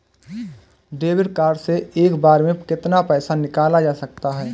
Debit card से एक बार में कितना पैसा निकाला जा सकता है?